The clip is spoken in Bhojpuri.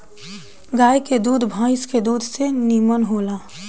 गाय के दूध भइस के दूध से निमन होला